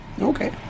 Okay